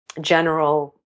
general